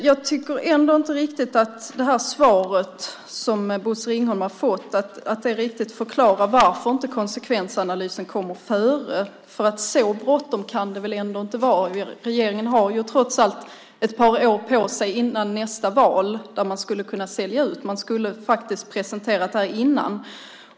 Jag tycker inte riktigt att det svar som Bosse Ringholm har fått förklarar varför inte konsekvensanalysen kommer före. Så bråttom kan det väl ändå inte vara? Regeringen har trots allt ett par år sig innan nästa val då man skulle kunna sälja ut. Man hade faktiskt kunnat presentera det här innan.